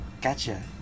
gotcha